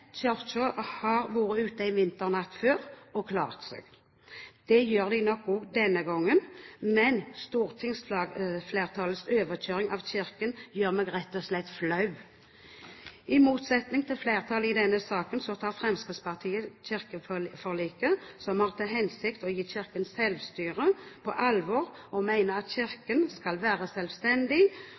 har vært ute en vinternatt før – og klart seg. Det gjør den nok denne gangen også, men stortingsflertallets overkjøring av Kirken gjør meg rett og slett flau. I motsetning til flertallet i denne saken tar Fremskrittspartiet kirkeforliket – som har til hensikt å gi Kirken selvstyre – på alvor og mener at Kirken skal være selvstendig